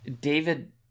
David